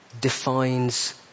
defines